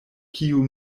kiu